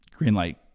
Greenlight